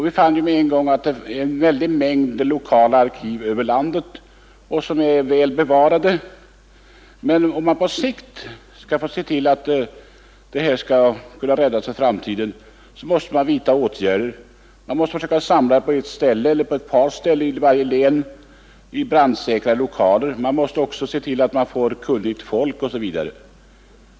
Vi fann med en gång att det är en stor mängd lokala arkiv i landet som är väl bevarade, men om man skall kunna se till att detta material på sikt räddas måste man vidta åtgärder. Man måste försöka samla det på ett ställe eller ett par ställen i varje län i brandsäkra lokaler, man måste se till att man får kunnigt folk osv.